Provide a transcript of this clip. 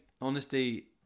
honesty